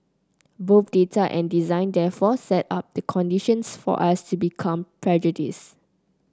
both data and design therefore set up the conditions for us to become prejudiced